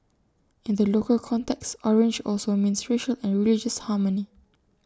in the local context orange also means racial and religious harmony